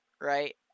right